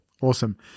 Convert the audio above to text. awesome